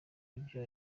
ibyo